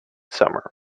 summer